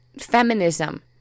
feminism